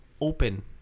open